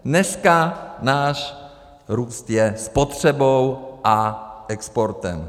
Dneska náš růst je spotřebou a exportem.